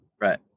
right